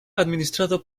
administrado